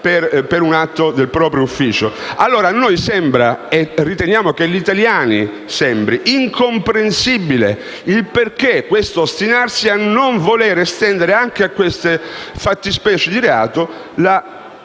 per un atto del proprio ufficio. A noi sembra - e riteniamo sembri anche agli italiani - incomprensibile questo ostinarsi a non voler estendere anche a queste fattispecie di reato la